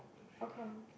how come